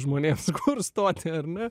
žmonėms kur stoti ar ne